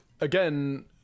again